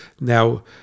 now